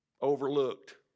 overlooked